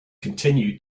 continue